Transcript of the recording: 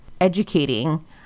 educating